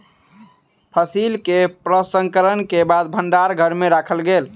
फसिल के प्रसंस्करण के बाद भण्डार घर में राखल गेल